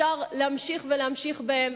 אפשר להמשיך ולהמשיך בהם,